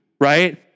right